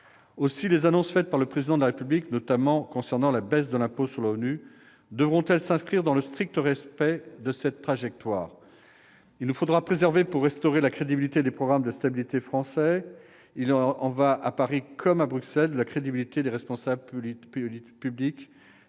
Aussi, les annonces faites par le Président de la République, notamment concernant la baisse de l'impôt sur le revenu, devront-elles s'inscrire dans le strict respect de cette trajectoire. Il nous faudra persévérer pour restaurer la crédibilité des programmes de stabilité français. Il y va, à Paris comme à Bruxelles, de la crédibilité des responsables politiques